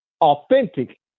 authentic